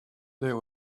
there